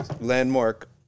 landmark